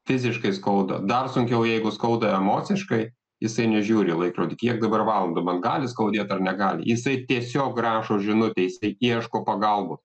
fiziškai skauda dar sunkiau jeigu skauda emociškai jisai nežiūri į laikrodį kiek dabar valandų man gali skaudėt ar negali jisai tiesiog rašo žinutę jisai ieško pagalbos